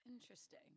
Interesting